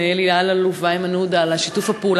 אלי אלאלוף ואיימן עודה על שיתוף הפעולה